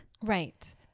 Right